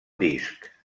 disc